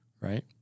right